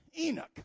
Enoch